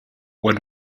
when